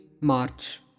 March